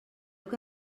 que